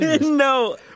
No